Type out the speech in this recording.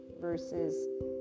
versus